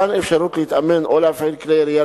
מתן אפשרות להתאמן או להפעיל כלי ירייה